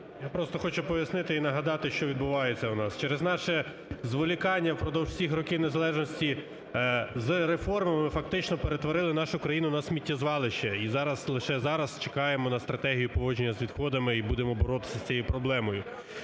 Я просто хочу пояснити і нагадати, що відбувається у нас. Через наше зволікання впродовж всіх років незалежності з реформами, ми фактично перетворили нашу країну на сміттєзвалище, і зараз, лише зараз чекаємо на стратегію поводження з відходами і будемо боротися з цією проблемою.